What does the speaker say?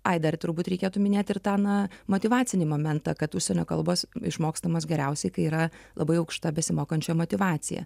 ai dar turbūt reikėtų minėti ir tą na motyvacinį momentą kad užsienio kalbos išmokstamos geriausiai kai yra labai aukšta besimokančiojo motyvacija